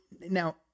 now